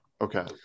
Okay